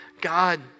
God